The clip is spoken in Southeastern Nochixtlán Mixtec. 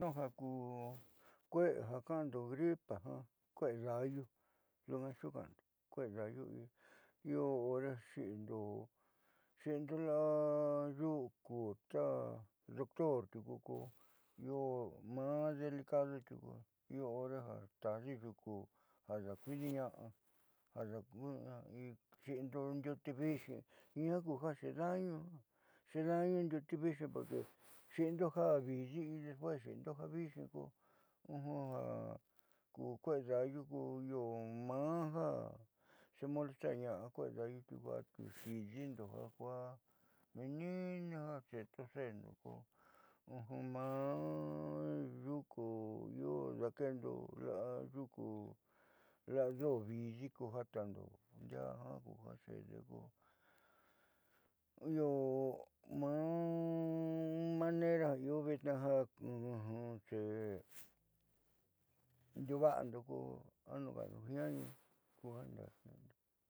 Nuja kue'e ja ka'ando gripa kue'edaayu ndu'a xuka'ando kueedaayu io hore xi'indo la'a yuku ta doctor tiuku ko io maa delicado tiuku io hore ja taajde yuku ja daakuiidiña'axi xi'indo ndiute viinxi jiaa xeeda´añu xeeda'añu ndiute viinxi porque xi'indo ja viidii y despúes xi'indo ja viixii ko ja ku kueeda'ayu ko io ma xemolestarña'a kueeda'ayu tiuku atiu xii diindo ja kuaá meeniinne ja toseendo ko maa yuku jaatajndo ndiaá kuja xeede io maa manera io vitnaa ja ndiuva'ando ko anuka'anu jiaani kuja ndaaniu'undo.